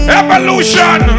evolution